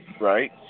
Right